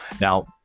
Now